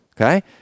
okay